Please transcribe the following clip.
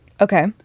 Okay